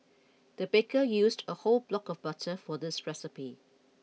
the baker used a whole block of butter for this recipe